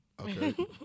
Okay